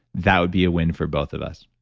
that would be a win for both of us.